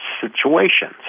situations